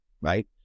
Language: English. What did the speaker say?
right